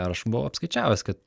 aš buvau apskaičiavęs kad